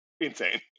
Insane